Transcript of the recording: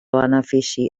benefici